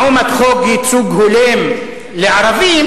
לעומת חוק ייצוג הולם לערבים,